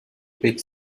pick